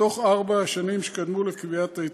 מארבע השנים שקדמו לקביעת ההיטלים.